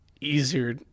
easier